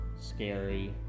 scary